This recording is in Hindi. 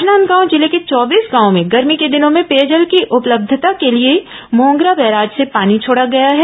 राजनांदगांव जिले के चौबीस गांवों में गर्मी के दिनों में पेयजल की उपलब्धता के लिए मोंगरा बैराज से पानी छोड़ा गया है